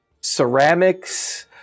ceramics